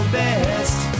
best